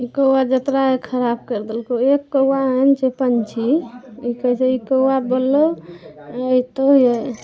ई कौआ जतराके खराब कैरि देलकौ एक कौआ एहन छै पक्षी ई कहै छै ई कौआ बोललौ आ अयतौ आ